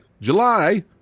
July